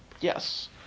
Yes